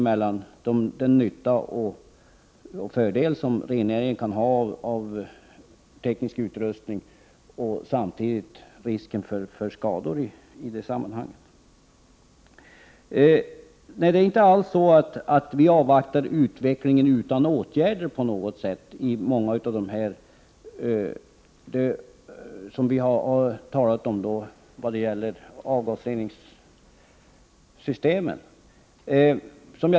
Men det måste göras en avvägning mellan fördelarna med denna tekniska utrustning för rennäringen och riskerna för skador. Det är inte alls så att vi avvaktar utvecklingen och inte vidtar några åtgärder i frågan om avgasreningssystem.